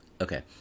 okay